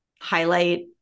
highlight